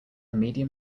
medium